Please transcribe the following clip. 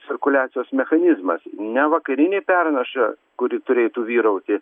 cirkuliacijos mechanizmas ne vakarinė pernaša kuri turėtų vyrauti